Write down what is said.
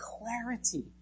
clarity